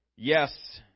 Yes